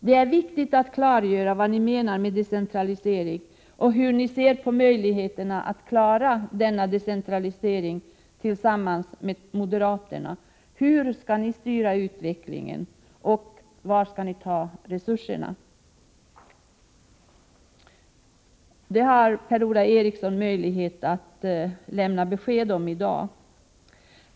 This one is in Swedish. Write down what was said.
Det är viktigt att klargöra vad ni menar med decentralisering och hur ni ser på möjligheterna att klara den tillsammans med moderaterna. Hur skall ni styra utvecklingen, och var skall ni ta resurserna? Det har Per-Ola Eriksson möjlighet att lämna besked om i dag.